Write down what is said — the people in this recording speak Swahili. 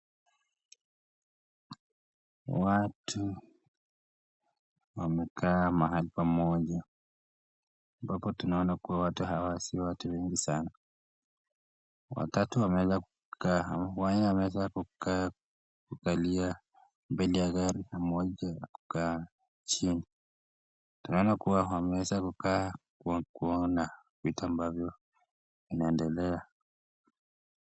Watu wamekaa mahali pamoja ambapo tunaona sio watu wengi sana, kunao ambao wameeza kukalia mbele ya gari na mmoja kukaa chini, tunaona wameeza kukaa kwa kuona vitu ambavyo inaendelea.